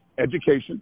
education